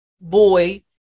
boy